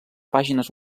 pàgines